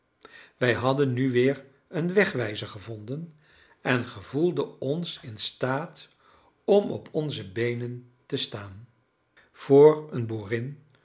wij hadden nu weer een wegwijzer gevonden en gevoelden ons in staat om op onze beenen te staan voor een boerin